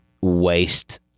waste